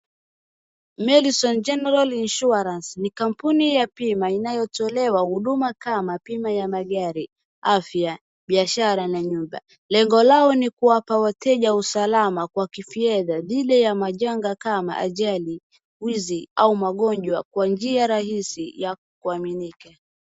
Madison general insurance ni kampuni ya bima inayotolewa huduma kama bima ya magari , afya, biashara na nyumba. Lengo lao ni kuwapa wateja usalama kwa kifedha dhidi ya majanga kama ajali, wizi au magonjwa kwa njia rahisi ya kuaminika.